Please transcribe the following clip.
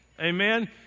Amen